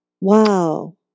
Wow